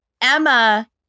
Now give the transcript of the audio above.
Emma